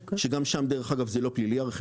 שגם שם דרך אגב הרכיב הזה לא פלילי.